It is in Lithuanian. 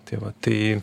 tai va tai